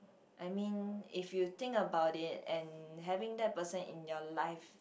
I mean if you think about it and having that person in your life